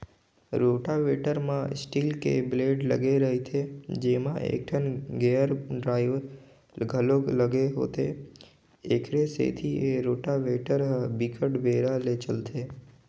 rotavator म steel के blade लगे रहिथे जेमा एकठन गेयर ड्राइव घलोक लगे होथे, एखरे सेती ए रोटावेटर ह बिकट बेरा ले चलथे